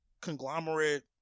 conglomerate